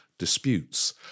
disputes